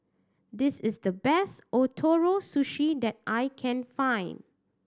this is the best Ootoro Sushi that I can find